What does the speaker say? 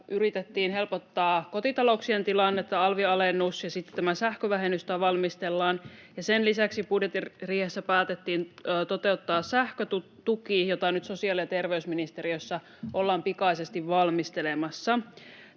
yritettiin helpottaa kotitalouksien tilannetta — alvin alennus ja sitten sähkövähennys, jota valmistellaan — ja sen lisäksi budjettiriihessä päätettiin toteuttaa sähkötuki, jota nyt sosiaali- ja terveysministeriössä ollaan pikaisesti valmistelemassa.